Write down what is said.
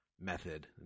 method